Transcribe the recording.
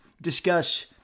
discuss